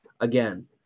Again